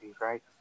right